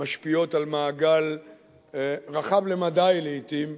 משפיעות על מעגל רחב למדי, לעתים,